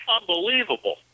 Unbelievable